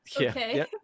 Okay